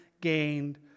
gained